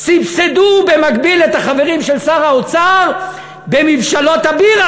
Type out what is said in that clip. סבסדו במקביל את החברים של שר האוצר במבשלות הבירה,